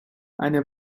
eine